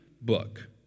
book